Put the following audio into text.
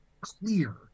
clear